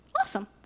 Awesome